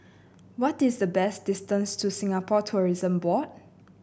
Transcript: what is the best distance to Singapore Tourism Board